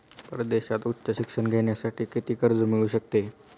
परदेशात उच्च शिक्षण घेण्यासाठी किती कर्ज मिळू शकते?